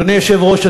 אדוני היושב-ראש,